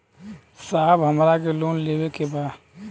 साहब हमरा के लोन लेवे के बा